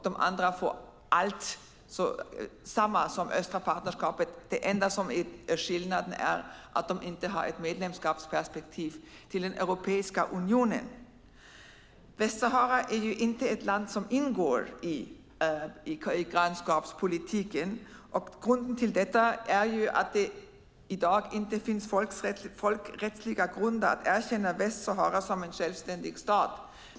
De andra får detsamma som det östra partnerskapet. Den enda skillnaden är att de inte har medlemskapsperspektiv till Europeiska unionen. Västsahara är inte ett land som ingår i grannskapspolitiken. Grunden till detta är att det i dag inte finns folkrättsliga grunder att erkänna Västsahara som en självständig stat.